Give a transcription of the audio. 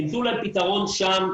תמצאו להם פתרון שם.